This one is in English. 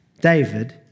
David